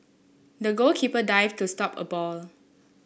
the goalkeeper dived to stop a ball